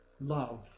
love